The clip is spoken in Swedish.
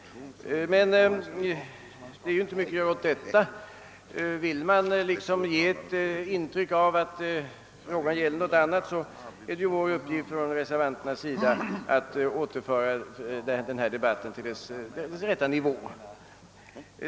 Men det är ju inte mycket att göra åt detta; vill man ge ett intryck av att frågan gäller något annat, så är det en uppgift för oss reservanter att återföra debatten till dess rätta nivå.